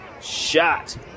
shot